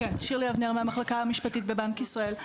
המחלקה המשפטית, בנק ישראל.